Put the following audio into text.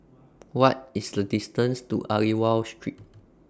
What IS The distance to Aliwal Street